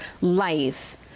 life